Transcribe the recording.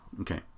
Okay